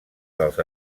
dels